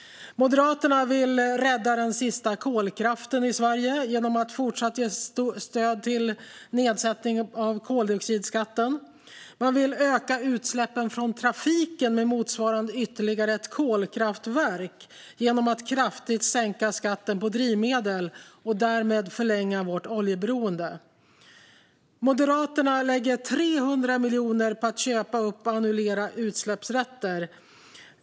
Moderaterna vill rädda den sista kolkraften i Sverige genom att även fortsatt ge stöd till nedsättning av koldioxidskatten. Man vill öka utsläppen från trafiken med motsvarande ytterligare ett kolkraftverk genom att kraftigt sänka skatten på drivmedel och därmed förlänga vårt oljeberoende. Moderaterna lägger 300 miljoner på att köpa upp och annullera utsläppsrätter.